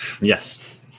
Yes